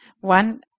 One